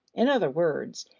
in other words,